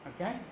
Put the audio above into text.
Okay